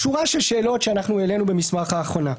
שורה של שאלות שהעלינו במסמך ההכנה.